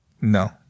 No